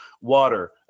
water